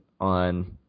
on